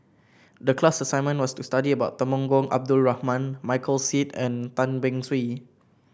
the class assignment was to study about Temenggong Abdul Rahman Michael Seet and Tan Beng Swee